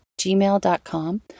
gmail.com